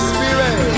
Spirit